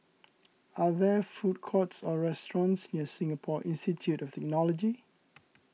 are there food courts or restaurants near Singapore Institute of Technology